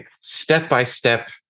step-by-step